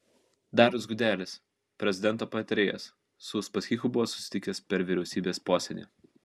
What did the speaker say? darius gudelis prezidento patarėjas su uspaskichu buvo susitikęs per vyriausybės posėdį